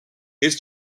his